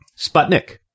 Sputnik